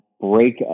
break